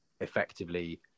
effectively